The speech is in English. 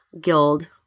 Guild